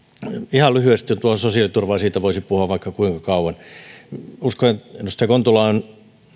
ihan lyhyesti tuohon sosiaaliturvaan siitä voisi puhua vaikka kuinka kauan uskon edustaja kontula on